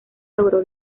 logró